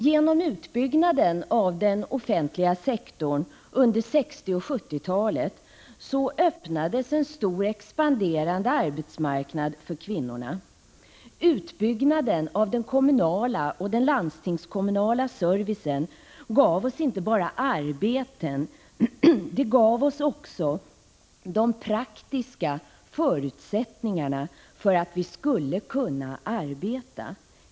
Genom utbyggnaden av den offentliga sektorn under 1960 och 1970-talen öppnades en stor, expanderande arbetsmarknad för kvinnorna. Utbyggnaden av den kommunala och landstingskommunala servicen gav oss inte bara arbeten, den gav oss också de praktiska förutsättningarna för att vi skulle kunna arbeta.